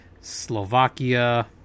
Slovakia